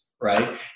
right